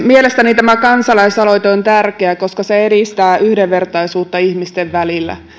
mielestäni tämä kansalaisaloite on tärkeä koska se edistää yhdenvertaisuutta ihmisten välillä